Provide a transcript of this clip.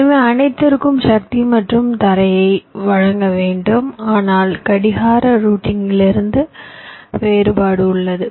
எனவே அனைத்திற்கும் சக்தி மற்றும் தரையை வழங்க வேண்டும் ஆனால் கடிகார ரூட்டிலிருந்து வேறுபாடு உள்ளது